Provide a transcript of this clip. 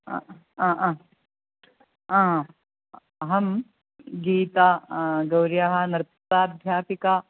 अ अ अ आ अहं गीता गौर्याः नर्तनाध्यापिका